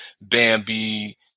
Bambi